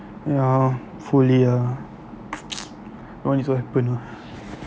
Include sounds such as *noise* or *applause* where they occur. ya hopefully ah *noise* why need to happen ah